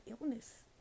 illness